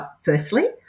firstly